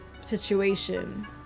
situation